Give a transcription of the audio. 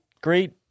great